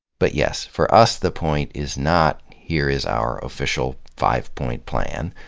but yes, for us, the point is not here is our official five point plan.